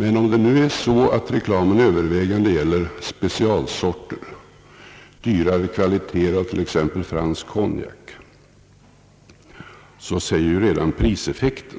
Men om det nu är så, att reklamen övervägande gäller specialsorter, dyrare kvaliteter av t.ex. fransk konjak, så säger ju redan priseffekten